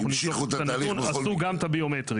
אנחנו נבדוק את הנתון עשו גם ביומטרי.